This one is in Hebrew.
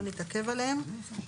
לא נתעכב עליהם.